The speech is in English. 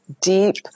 Deep